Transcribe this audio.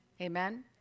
Amen